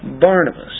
Barnabas